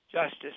justice